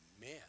man